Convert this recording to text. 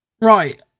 Right